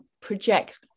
project